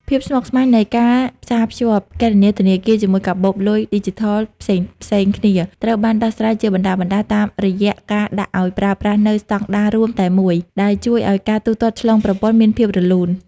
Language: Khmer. ភាពស្មុគស្មាញនៃការផ្សារភ្ជាប់គណនីធនាគារជាមួយកាបូបលុយឌីជីថលផ្សេងៗគ្នា ត្រូវបានដោះស្រាយជាបណ្ដើរៗតាមរយៈការដាក់ឱ្យប្រើប្រាស់នូវស្តង់ដាររួមតែមួយ ដែលជួយឱ្យការទូទាត់ឆ្លងប្រព័ន្ធមានភាពរលូន។